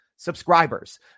Subscribers